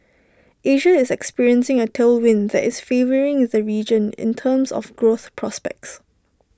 Asia is experiencing A tailwind that is favouring the region in terms of growth prospects